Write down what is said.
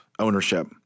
Ownership